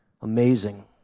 Amazing